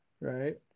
Right